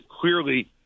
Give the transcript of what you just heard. clearly